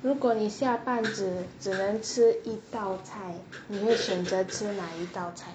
如果你下半子只能吃一道菜你会选择哪一道菜